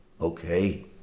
okay